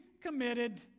committed